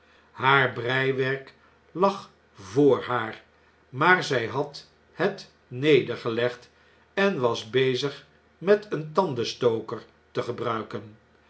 haar breiwerk lag voor haar maar zjj had het nedergelegd en was bezig met een tandenstoker te gebruiken